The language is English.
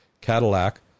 Cadillac